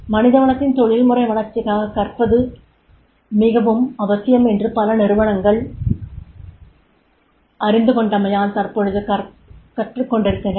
மனிதவளத்தின் தொழில்முறை வளர்ச்சிக்காக கற்பது மிகவும் அவசியம் என்று பல நிறுவனங்கள் அறிந்துகொண்டமையால் தற்பொழுது கற்றுக் கொண்டிருக்கின்றன